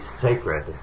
sacred